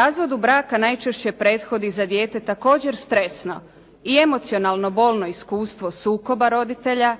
Razvodu braka najčešće prethodi za dijete također stresno i emocionalno bolno iskustvo sukoba roditelja,